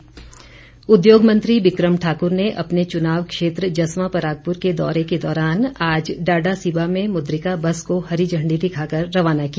बिक्रम ठाकुर उद्योग मंत्री बिक्रम ठाक्र ने अपने चुनाव क्षेत्र जसवां परागपुर के दौरे के दौरान आज डाडासीबा में मुद्रिका बस को हरी झण्डी दिखाकर रवाना किया